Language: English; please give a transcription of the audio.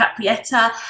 Caprietta